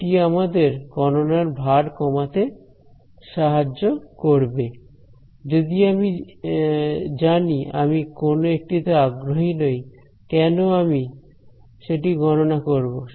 এটি আমাদের গণনার ভার কমাতে সাহায্য করবে যদি আমি জানি আমি কোন একটিতে আগ্রহী নই কেন আমি সেটি গননা করবো